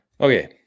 Okay